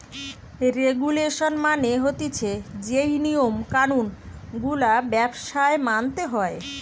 regulation মানে হতিছে যেই নিয়ম কানুন গুলা ব্যবসায় মানতে হয়